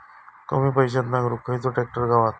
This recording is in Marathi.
कमी पैशात नांगरुक खयचो ट्रॅक्टर गावात?